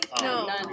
No